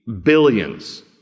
billions